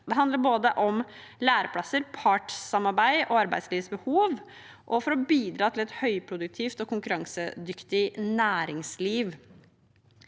Det handler om både læreplasser, partssamarbeid og arbeidslivets behov for å bidra til et høyproduktivt og konkurransedyktig næringsliv.